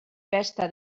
pesta